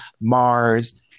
Mars